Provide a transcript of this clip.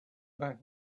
back